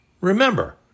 remember